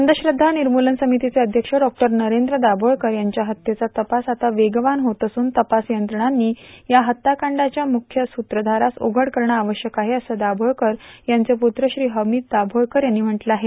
अंधश्रद्धा निर्मूलन समितीचे अध्यक्ष डॉ नरेंद्र दाभोलकर यांच्या हत्येचा तपास आता वेगवान होत असून तपास यंत्रणांनी या हत्याकांडाच्या मुख्य सूत्रधारास उघड करणं आवश्यक आहे असं दाभोलकर यांचे पुत्र श्री हमीद दाभोलकर यांनी म्हटलं आहे